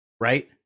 right